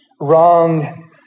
wrong